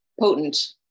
potent